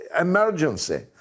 emergency